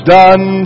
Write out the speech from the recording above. done